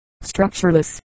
structureless